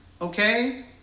Okay